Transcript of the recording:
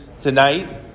tonight